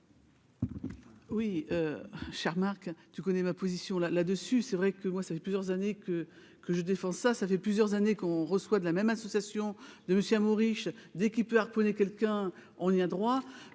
Oui, cher Marc, tu connais ma position là, là-dessus, c'est vrai que moi ça fait plusieurs années que que je défends, ça, ça fait plusieurs années qu'on reçoit de la même association de monsieur Hamouri d'équipe harponner quelqu'un, on y a droit